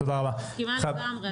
אני מסכימה לגמרי.